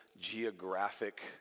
geographic